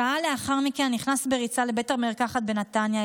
שעה לאחר מכן אני נכנס בריצה לבית המרקחת בנתניה,